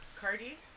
cardi